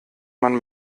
man